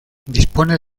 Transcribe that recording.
dispone